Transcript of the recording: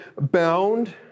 bound